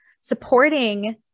supporting